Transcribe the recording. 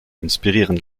inspirieren